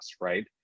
right